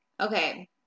Okay